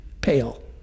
pale